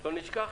ולא נשכח